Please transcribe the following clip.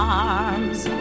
arms